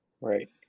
right